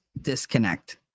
disconnect